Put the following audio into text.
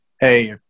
hey